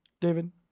David